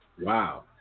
Wow